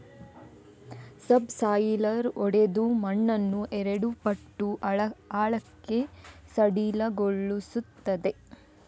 subsoiler ಒಡೆದು ಮಣ್ಣನ್ನು ಎರಡು ಪಟ್ಟು ಆಳಕ್ಕೆ ಸಡಿಲಗೊಳಿಸುತ್ತದೆ